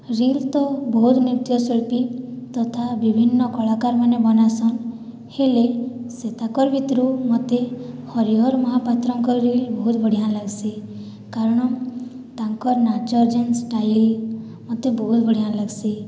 reel ତ ବହୁତ୍ ନୃତ୍ୟଶିଳ୍ପୀ ତଥା ବିଭିନ୍ନ କଳାକାରମାନେ ବନାସନ୍ ହେଲେ ସେଠାକାର୍ ଭିତୁରୁ ମୋତେ ହରିହର ମହାପାତ୍ରଙ୍କର ରୀଲ୍ ବହୁତ୍ ବଢ଼ିଆ ଲାଗ୍ସି କାରଣ ତାଙ୍କ ନାଚର ଯେନ୍ ଷ୍ଟାଇଲ୍ ମୋତେ ବହୁତ୍ ବଢ଼ିଆ ଲାଗ୍ସି